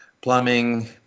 plumbing